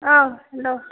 औ हेल्ल'